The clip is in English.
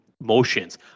motions